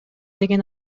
деген